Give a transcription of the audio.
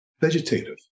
vegetative